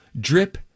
Drip